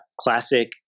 classic